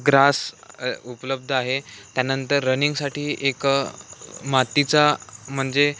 grass उपलब्ध आहे त्यानंतर रनिंगसाठी एक मातीचा म्हणजे